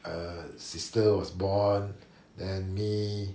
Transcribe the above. err sister was born then me